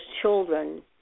children